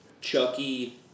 Chucky